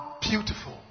beautiful